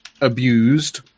abused